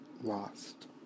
lost